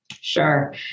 Sure